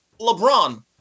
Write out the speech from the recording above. LeBron